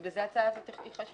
בגלל זה ההצעה הזו היא חשובה.